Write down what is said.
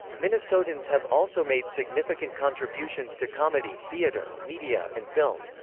minnesotans have also made significant contributions to comedy, theater, media, and film.